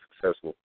successful